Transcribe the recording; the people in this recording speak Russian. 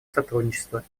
сотрудничества